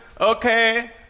okay